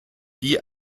die